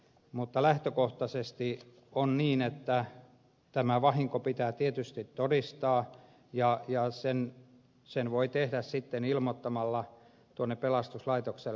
mutta lähtökohtaisesti on niin että tämä vahinko pitää tietysti todistaa ja sen voi tehdä sitten ilmoittamalla tuonne pelastuslaitokselle